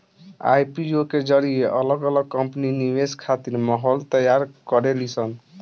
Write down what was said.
IPO के जरिए अलग अलग कंपनी निवेश खातिर माहौल तैयार करेली सन